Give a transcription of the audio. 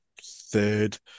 third